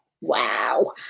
wow